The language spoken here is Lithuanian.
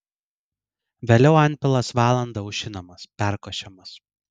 vėliau antpilas valandą aušinamas perkošiamas